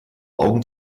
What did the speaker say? augen